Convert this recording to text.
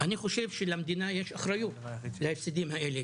אני חושב שלמדינה יש אחריות להפסדים האלה.